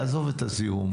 תעזוב את הזיהום.